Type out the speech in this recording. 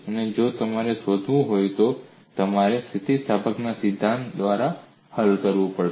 અને જો તમારે શોધવું હોય તો તમારે સ્થિતિસ્થાપકતાના સિદ્ધાંત દ્વારા જવું પડશે